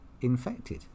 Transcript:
infected